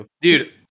Dude